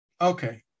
Okay